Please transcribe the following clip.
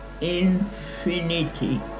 infinity